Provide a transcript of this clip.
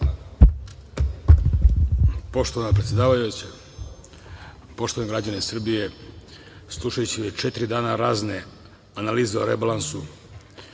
Poštovana predsedavajuća, poštovani građani Srbije, slušajući već četiri dana razne analize o rebalansu